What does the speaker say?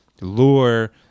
lure